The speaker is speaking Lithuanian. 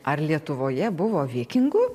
ar lietuvoje buvo vikingų